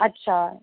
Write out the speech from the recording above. अच्छा